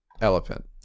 Elephant